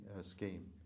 scheme